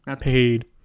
Paid